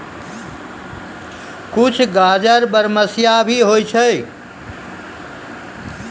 कुछ गाजर बरमसिया भी होय छै